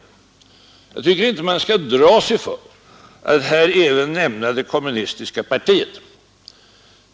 Jag tycker inte man skall dra sig för att här även nämna det kommunistiska partiet.